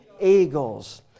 eagles